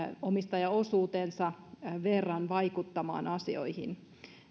omistajaosuutensa verran vaikuttamaan asioihin